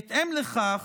בהתאם לכך,